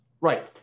Right